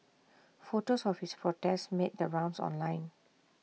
photos of his protest made the rounds online